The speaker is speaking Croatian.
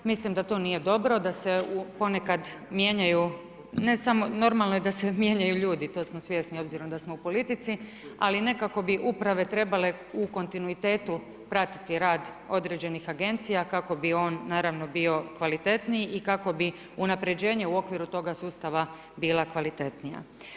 Mislim da to nije dobro da se ponekad mijenjaju, ne samo normalno je da se mijenjaju ljudi to smo svjesni obzirom da smo u politici, ali nekako bi uprave trebale u kontinuitetu pratiti rad određenih agencija kako bi on bio kvalitetniji i kako bi unapređenje u okviru toga sustava bila kvalitetnija.